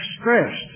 stressed